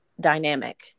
dynamic